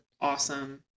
awesome